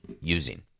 using